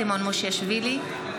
סימון מושיאשוילי,